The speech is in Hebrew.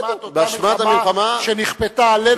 באשמת אותה מלחמה שנכפתה עלינו.